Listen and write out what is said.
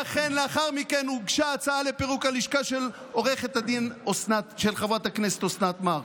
ואכן לאחר מכן הוגשה הצעה לפירוק הלשכה של חברת הכנסת אסנת מארק,